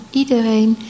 iedereen